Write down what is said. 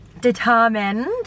determined